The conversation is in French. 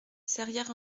serrières